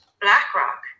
BlackRock